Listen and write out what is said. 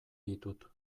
ditut